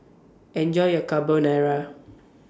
Enjoy your Carbonara